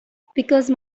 because